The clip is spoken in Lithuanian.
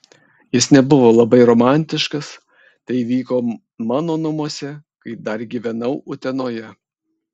jis nebuvo labai romantiškas tai įvyko mano namuose kai dar gyvenau utenoje